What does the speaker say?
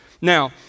Now